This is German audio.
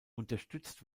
unterstützt